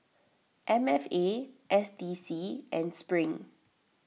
M F A S D C and Spring